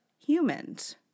humans